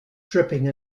dripping